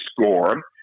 score